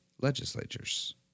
legislatures